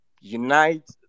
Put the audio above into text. unite